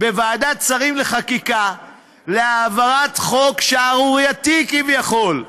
בוועדת השרים לחקיקה להעברת חוק שערורייתי כביכול,